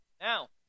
now